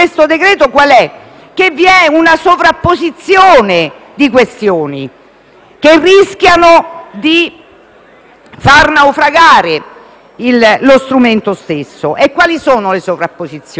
che vi è una sovrapposizione di questioni, che rischiano di far naufragare lo strumento stesso. Anche la risoluzione